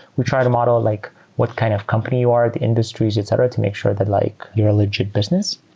we try to model like what kind of company you are, the industries, etc, to make sure that like you're a legit business.